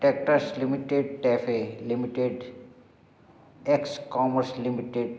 tractors limited TAFE limited ex commerce limited